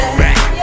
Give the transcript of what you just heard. back